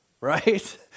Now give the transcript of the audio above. right